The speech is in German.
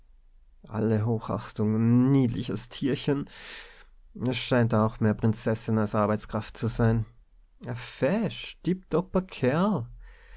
alle hochachtung n niedliches tierchen scheint auch mehr prinzessin als arbeitskraft zu sein fesch tipp topper kerl